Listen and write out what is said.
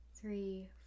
three